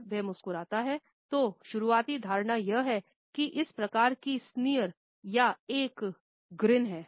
जब वह मुस्कुराता है तो शुरुआती धारणा यह है कि एक प्रकार की स्नीर हैं